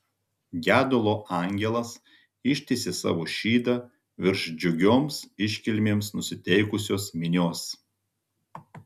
gedulo angelas ištiesė savo šydą virš džiugioms iškilmėms nusiteikusios minios